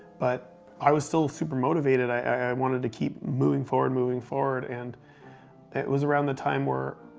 but i was still super motivated. i wanted to keep moving forward, moving forward. and it was around the time where,